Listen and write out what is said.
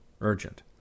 Urgent